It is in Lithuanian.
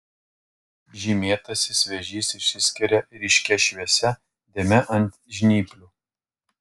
žymėtasis vėžys išsiskiria ryškia šviesia dėme ant žnyplių